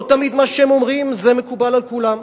לא תמיד מה שהם אומרים מקובל על כולם.